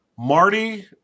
Marty